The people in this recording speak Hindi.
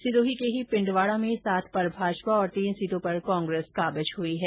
सिरोही के ही पिंडवाडा में सात पर भाजपा और तीन सीटों पर कांग्रेस काबिज हुई है